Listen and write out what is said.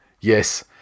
Yes